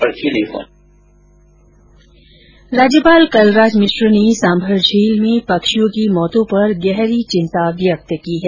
राज्यपाल कलराज मिश्र ने सांभर झील में पक्षियों की मौतों पर गहरी चिंता व्यक्त की है